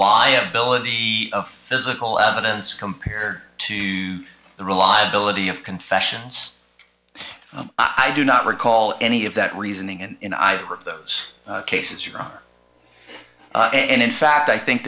liability the physical evidence compared to the reliability of confessions i do not recall any of that reasoning in either of those cases you are and in fact i think